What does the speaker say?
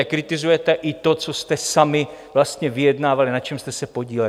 Kritizujete i to, co jste sami vlastně vyjednávali a na čem jste se podíleli.